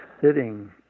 sitting